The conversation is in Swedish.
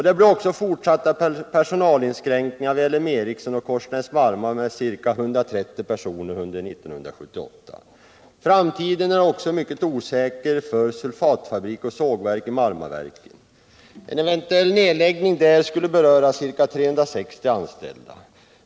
Det blir också fortsatta personalinskränkningar vid LM Ericsson och Korsnäs-Marma AB med ca 130 personer under 1978. Framtiden är också mycket osäker för sulfatfabrik och sågverk i Marmaverken. En eventuell nedläggning där skulle beröra ca 360 anställda.